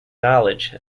knowledge